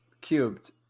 cubed